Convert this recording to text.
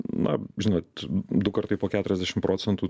na žinot du kartai po keturiasdešimt procentų